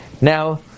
now